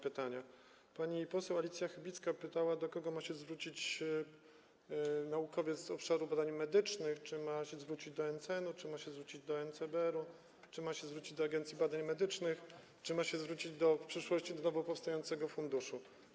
Pani poseł Alicja Chybicka pytała, do kogo ma się zwrócić naukowiec z obszaru badań medycznych, czy ma się zwrócić do NCN-u, czy do NCBR-u, czy ma się zwrócić do Agencji Badań Medycznych, czy ma się zwrócić w przyszłości do nowo powstającego funduszu.